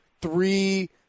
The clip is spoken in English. three –